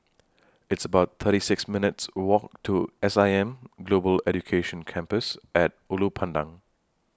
It's about thirty six minutes' Walk to S I M Global Education Campus At Ulu Pandan